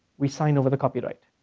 we sign over the copyright.